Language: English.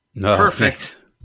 Perfect